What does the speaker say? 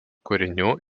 kūrinių